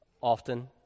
often